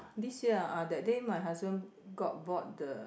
this year ah that day my husband got bought the